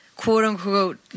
quote-unquote